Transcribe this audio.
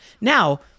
Now